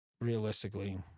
realistically